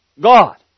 God